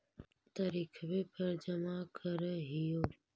तरिखवे पर जमा करहिओ?